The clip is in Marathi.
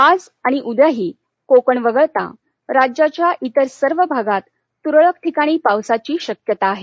आज आणि उद्याही कोकण वगळता राज्याच्या इतर सर्व भागात तुरळक ठिकाणी पावसाची शक्यता आहे